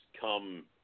come –